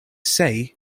say